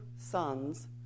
sons